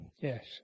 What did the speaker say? Yes